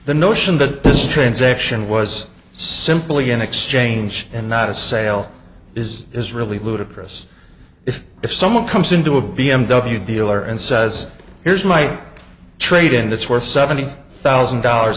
the notion that this transaction was simply an exchange and not a sale is is really ludicrous if if someone comes into a b m w dealer and says here's might trade and it's worth seventy thousand dollars